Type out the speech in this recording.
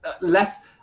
less